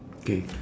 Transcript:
K